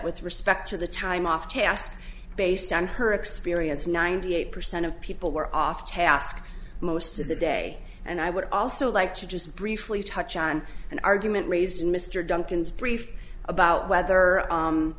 with respect to the time off task based on her experience ninety eight percent of people were off task most of the day and i would also like to just briefly touch on an argument raised in mr duncan's brief about whether